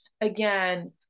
again